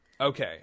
Okay